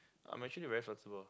uh my shin is very flexible